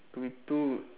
two be two